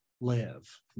live